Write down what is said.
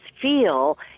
feel